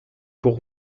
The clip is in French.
pour